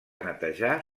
netejar